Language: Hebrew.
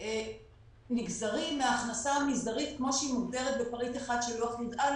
והם נגזרים מההכנסה המזערית כמו שהיא מודגרת בפריט 1 של לוח י"א,